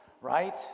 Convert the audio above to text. right